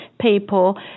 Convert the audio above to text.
people